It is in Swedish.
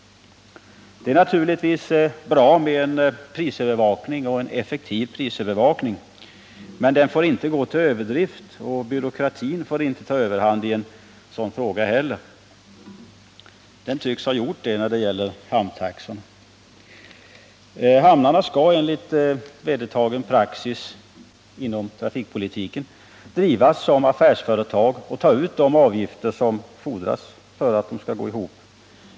Det är naturligtvis bra med en effektiv prisövervakning, men den får inte gå till överdrift. Inte heller får byråkratin ta överhanden i ett sådant sammanhang. Den tycks emellertid ha gjort det när det gäller hamntaxan. Hamnarna skall enligt vedertagen praxis inom trafikpolitiken drivas som affärsföretag och ta ut de avgifter som fordras för att de skall gå ihop.